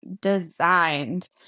designed